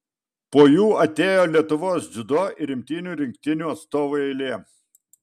po jų atėjo lietuvos dziudo ir imtynių rinktinių atstovų eilė